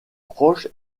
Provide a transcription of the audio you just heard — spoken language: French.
proche